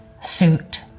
suit